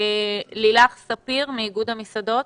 לילך ספיר מאיגוד המסעדות.